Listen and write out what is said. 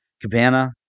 Cabana